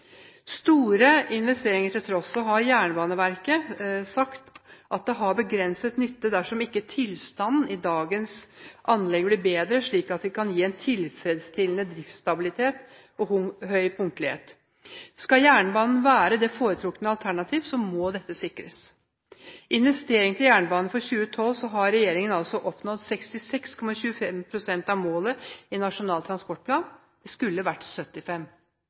Store investeringer til tross, Jernbaneverket har sagt at det har begrenset nytte dersom ikke tilstanden i dagens anlegg blir bedre, slik at de kan gi en tilfredsstillende driftsstabilitet og høy punktlighet. Skal jernbanen være det foretrukne alternativ, må dette sikres. Når det gjelder investeringer til jernbane for 2012, har regjeringen oppnådd 66,25 pst. av målet i Nasjonal transportplan. Det skulle vært 75